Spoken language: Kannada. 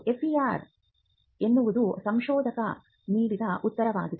FER ಎನ್ನುವುದು ಸಂಶೋಧಕ ನೀಡಿದ ಉತ್ತರವಾಗಿದೆ